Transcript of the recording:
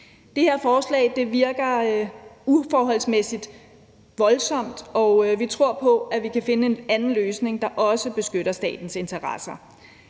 Det her forslag virker uforholdsmæssigt voldsomt, og vi tror på, at vi kan finde en anden løsning, der også beskytter statens interesser.